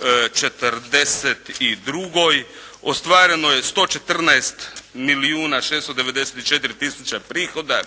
42. Ostvareno je 114 milijuna 694 tisuće prihoda.